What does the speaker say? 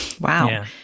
Wow